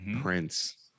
Prince